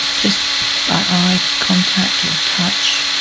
just by eye contact or touch.